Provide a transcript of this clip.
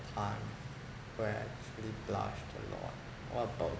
the time where I actually blushed a lot what about